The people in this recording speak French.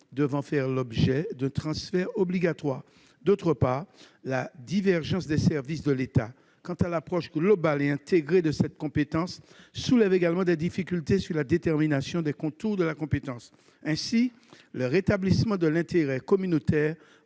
devant faire l'objet d'un transfert obligatoire ; d'autre part, la divergence des services de l'État quant à l'approche globale et intégrée de cette compétence soulève des difficultés pour déterminer les contours de cette compétence. Ainsi, le rétablissement de l'intérêt communautaire